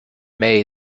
may